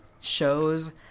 shows